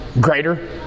greater